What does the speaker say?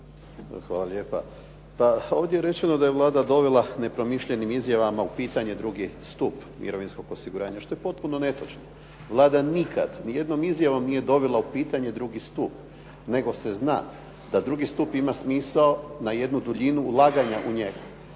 Hvala lijepa. Pa ovdje je rečeno da je Vlada dovela nepromišljenim izjavama u pitanje drugi stup mirovinskog osiguranja što je potpuno netočno. Vlada nikad ni jednom izjavom nije dovela u pitanje drugi stup, nego se zna da drugi stup ima smisao na jednu duljinu ulaganja u njega